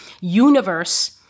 universe